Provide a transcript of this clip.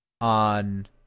on